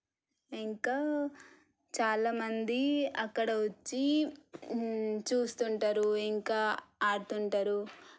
ఇంకా చాలా మంది అక్కడ వచ్చి చూస్తుంటారు ఇంకా ఆడుతుంటారు